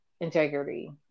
integrity